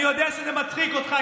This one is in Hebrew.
אני יודע שזה מצחיק אותך,